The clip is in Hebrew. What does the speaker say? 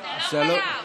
אתה לא חייב.